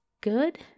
good